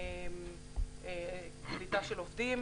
קליטת עובדים,